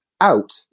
out